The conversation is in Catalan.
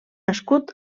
escut